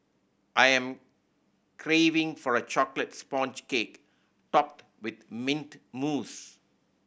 I am craving for a chocolate sponge cake topped with mint mousse